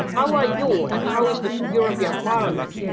how are you, and how is the european parliament,